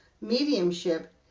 mediumship